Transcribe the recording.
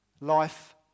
life